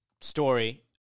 story